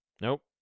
Nope